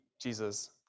Jesus